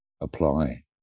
apply